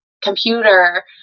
computer